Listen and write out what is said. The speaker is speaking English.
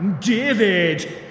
David